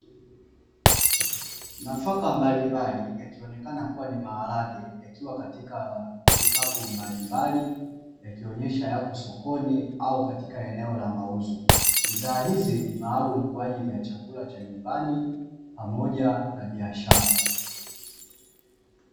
Nafaka mbalimbali ikionekana kuwa ni maharage, yakiwa katika vikapu mbalimbali yakionesha yako sokoni au katika eneo la mauzo. Zao hili ni maalumu kwa ajili ya chakula cha nyumbani pamoja na biashara.